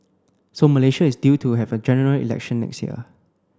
so Malaysia is due to have a General Election next year